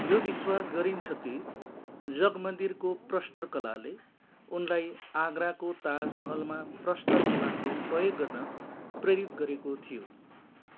यो विश्वास गरिन्छ कि जगमन्दिरको प्रस्तर कलाले उनलाई आगराको ताजमहलमा प्रस्तर कलाको प्रयोग गर्न प्रेरित गरेको थियो